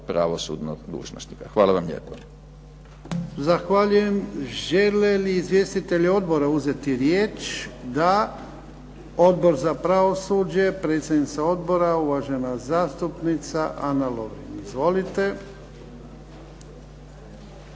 pravosudnog dužnosnika. Hvala vam lijepo. **Jarnjak, Ivan (HDZ)** Zahvaljujem. Žele li izvjestitelji odbora uzeti riječ? Da. Odbor za pravosuđe, predsjednica odbora uvažena zastupnica Ana Lovrin, izvolite.